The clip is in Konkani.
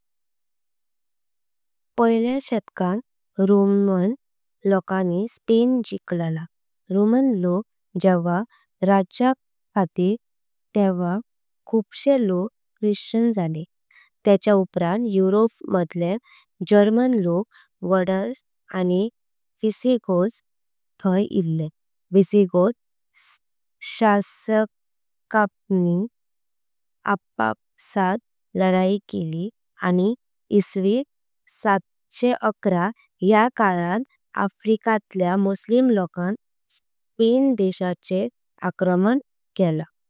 पयल्या शतकान रोमन लोकांनी स्पेन जिकलला। रोमन लोक जेव्हा राज्य करित तेव्हा खूपसे लोक। ख्रिस्ती झाले त्या चीव उपरां युरोप मध्ये जर्मन लोक। वॅन्डल्स आणि विसिगॉथ्स थाय झाले विसिगॉथ्स। शासनपण्नी आपापसात लढाई केली। आणि इसवी सातशे एघाराच्या काळां अफ्रिका तल्या। मुस्लिम लोकांनी स्पेन देशाचेर आक्रमण केला।